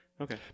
okay